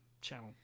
channel